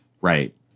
Right